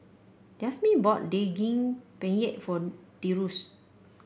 Yasmeen bought Daging Penyet for Tyrus